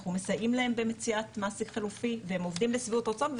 אנחנו מסייעים להן במציאת מעסיק חלופי והם עובדים לשביעות רצון,